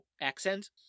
Accent